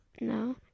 No